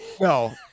no